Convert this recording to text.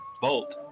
Bolt